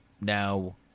Now